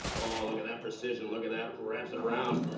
oh, look at that precision. look at that. wraps it around.